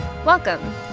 Welcome